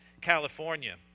California